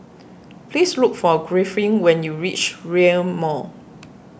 please look for Griffin when you reach Rail Mall